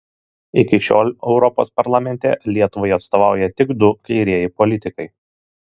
iki šiol europos parlamente lietuvai atstovauja tik du kairieji politikai